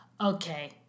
okay